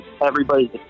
everybody's